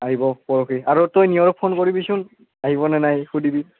আহিব পৰহি আৰু তই নিয়ৰক ফোন কৰিবিচোন আহিব নে নাই সুধিবি